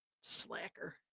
Slacker